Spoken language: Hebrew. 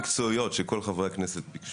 טיפה הבהרות מקצועיות, שכל חברי הכנסת ביקשו.